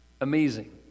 amazing